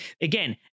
Again